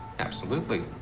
absolutely.